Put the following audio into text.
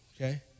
Okay